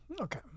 Okay